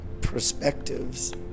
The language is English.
perspectives